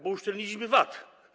Bo uszczelniliśmy VAT?